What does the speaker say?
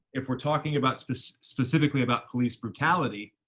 if we're talking about, so specifically about police brutality,